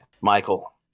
Michael